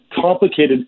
complicated